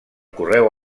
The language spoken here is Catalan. correu